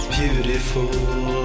beautiful